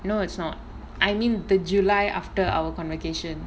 no it's not I mean the july after our communication